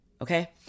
okay